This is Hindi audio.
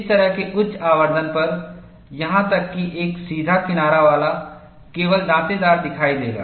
इस तरह के उच्च आवर्धन पर यहां तक कि एक सीधा किनारा केवल दांतेदार दिखाई देगा